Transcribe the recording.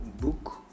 book